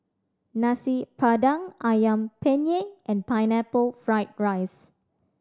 Nasi Padang Ayam Penyet and Pineapple Fried rice